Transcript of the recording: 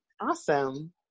Awesome